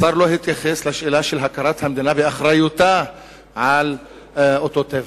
השר לא התייחס לשאלה של הכרת המדינה באחריותה על אותו טבח,